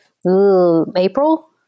April